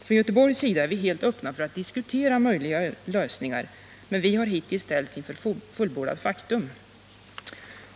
Från Göteborgs sida är vi helt öppna för att diskutera möjliga lösningar, men vi har hittills ställts inför fullbordat faktum.